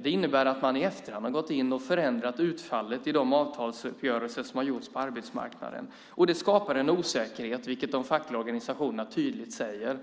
Det innebär att man i efterhand har gått in och förändrat utfallet i de avtalsuppgörelser som har gjorts på arbetsmarknaden. Det skapar en osäkerhet, vilket de fackliga organisationerna tydligt säger.